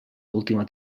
última